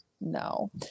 No